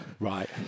Right